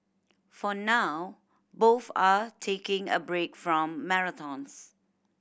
for now both are taking a break from marathons